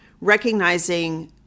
recognizing